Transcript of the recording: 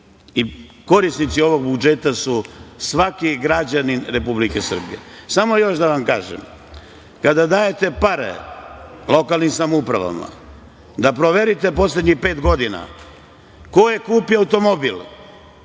su korisnici ovog budžeta svaki građanin Republike Srbije. Samo još da vam kažem jednu stvar. Kada dajete pare lokalnim samoupravama, da proverite poslednjih pet godina ko je kupio automobil.